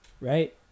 right